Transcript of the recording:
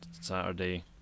Saturday